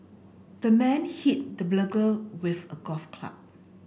the man hit the burglar with a golf club